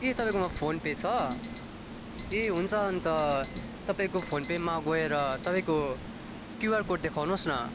के तपाईँकोमा PhonePe छ ए हुन्छ अन्त तपाईँको फोन पेमा गएर तपाईँको क्युआर कोड देखाउनुहोस् न